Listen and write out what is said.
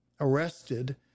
arrested